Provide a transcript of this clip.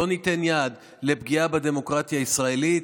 לא ניתן יד לפגיעה בדמוקרטיה הישראלית.